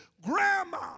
grandma